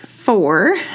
four